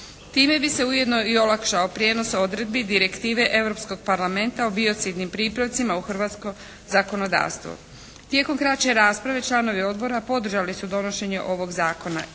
Time bi se ujedno i olakšao prijenos odredbi Direktive Europskog parlamenta o biocidnim pripravcima u hrvatsko zakonodavstvo. Tijekom kraće rasprave članovi odbora podržali su donošenje ovog zakona.